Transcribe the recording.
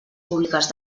públiques